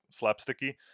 slapsticky